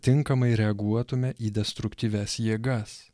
tinkamai reaguotume į destruktyvias jėgas